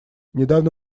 недавно